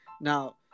Now